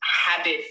habit